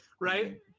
right